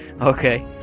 Okay